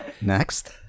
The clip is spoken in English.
next